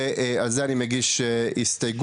ועל זה אני מגיש הסתייגות.